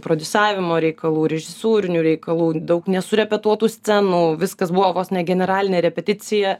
prodiusavimo reikalų režisūrinių reikalų daug nesurepetuotų scenų viskas buvo vos ne generalinė repeticija